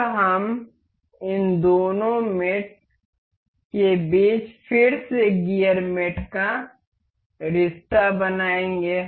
अब हम इन दोनों मेट के बीच फिर से गियर मेट का रिश्ता बनाएंगे